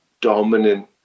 dominant